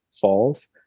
falls